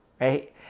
right